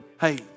Hey